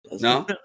No